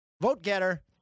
vote-getter